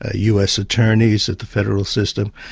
ah us attorneys at the federal system,